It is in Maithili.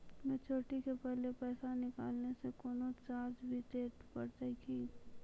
मैच्योरिटी के पहले पैसा निकालै से कोनो चार्ज भी देत परतै की?